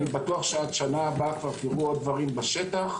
אני בטוח שעד השנה הבאה כבר תראו עוד דברים בשטח.